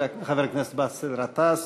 חבר הכנסת באסל גטאס.